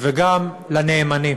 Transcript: וגם לנאמנים: